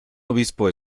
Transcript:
obispo